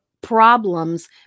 problems